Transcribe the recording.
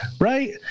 Right